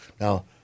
Now